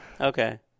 Okay